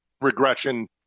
regression